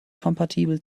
kompatibel